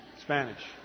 Spanish